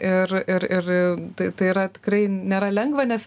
ir ir ir tai tai yra tikrai nėra lengva nes